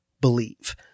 believe